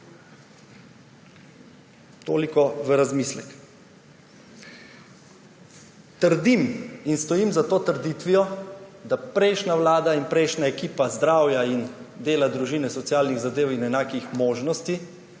Toliko v razmislek. Trdim in stojim za to trditvijo, da prejšnja vlada in prejšnja ekipa zdravja in dela, družine, socialnih zahtev in enakih možnosti,